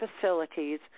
facilities